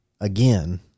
again